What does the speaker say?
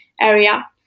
area